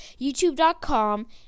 YouTube.com